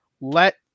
Let